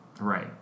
Right